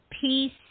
peace